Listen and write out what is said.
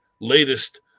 latest